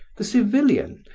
the civilian,